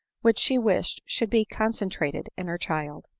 which she wished should be concentrated in her child.